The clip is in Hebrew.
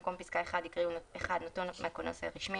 במקום פסקה (1) יקראו "(1) נתון מהכונס הרשמי,